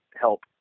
help